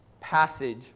passage